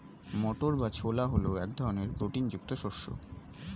মটর বা ছোলা হল এক ধরনের প্রোটিন যুক্ত শস্য